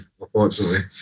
unfortunately